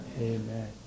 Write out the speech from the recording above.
Amen